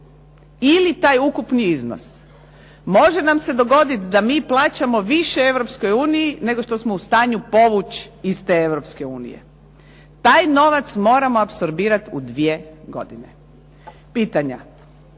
ili taj ukupni iznos. Može nam se dogoditi da mi plaćamo više europskoj uniji nego što smo mi u stanju povući iz Europske unije, taj novac moramo apsorbirati u dvije godine. Pitanja,